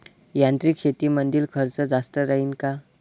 यांत्रिक शेतीमंदील खर्च जास्त राहीन का?